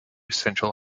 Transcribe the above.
central